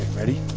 ready?